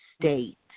state